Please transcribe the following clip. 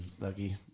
lucky